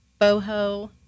boho